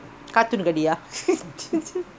கார்ட்டூன்காடியா:cartoon gaadiyaa